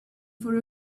for